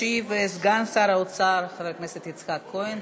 ישיב סגן שר האוצר, חבר הכנסת יצחק כהן.